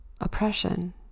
oppression